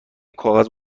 کاغذ